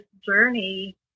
journey